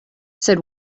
said